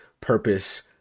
purpose